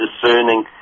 discerning